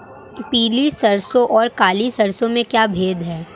पीली सरसों और काली सरसों में कोई भेद है?